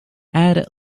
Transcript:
add